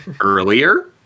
earlier